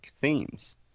themes